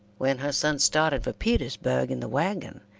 when her son started for petersburgh in the wagon,